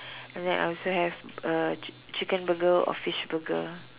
and than I also have uh chi~ chicken burger or fish burger